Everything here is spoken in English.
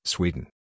Sweden